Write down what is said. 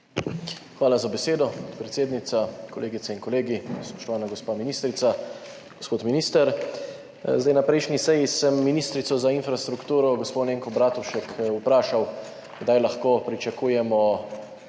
Hvala za besedo, podpredsednica. Kolegice in kolegi, spoštovana gospa ministrica, gospod minister! Na prejšnji seji sem ministrico za infrastrukturo gospo Alenko Bratušek vprašal, kdaj lahko pričakujemo